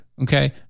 Okay